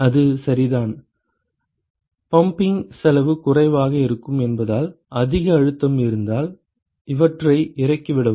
அது சரிதான் - பம்பிங் செலவு குறைவாக இருக்கும் என்பதால் அதிக அழுத்தம் இருந்தால் இவற்றை இறக்கிவிடவும்